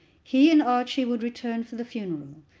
he and archie would return for the funeral.